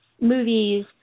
movies